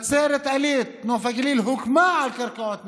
נצרת עילית, נוף הגליל, הוקמה על קרקעות נצרת,